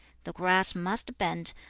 the grass must bend,